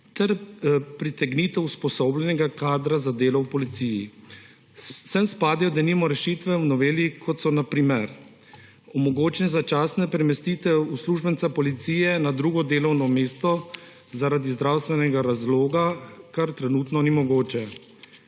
ter pritegnitev usposobljenega kadra za delo v policiji. Sem spadajo denimo rešitve v noveli, kot so na primer, omogočena začasna premestitev uslužbenca policije na drugo delovno mesto zaradi zdravstvenega razloga, kar trenutno ni mogoče.